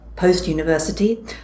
post-university